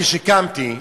כשקמתי,